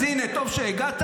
אז הינה, טוב שהגעת.